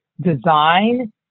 design